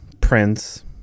Prince